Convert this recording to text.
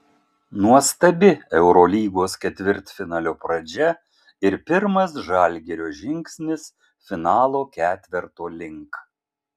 nuostabi eurolygos ketvirtfinalio pradžia ir pirmas žalgirio žingsnis finalo ketverto link